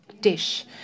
dish